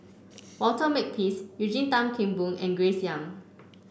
Walter Makepeace Eugene Tan Kheng Boon and Grace Young